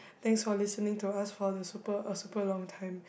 thanks for listening to us for the super a super long time